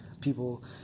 people